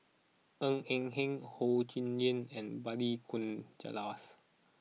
Ng Eng Hen Ho Yuen Hoe and Balli Kaur Jaswals